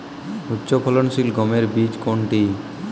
উচ্চফলনশীল গমের বীজ কোনটি?